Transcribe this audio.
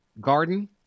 Garden